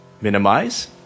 Minimize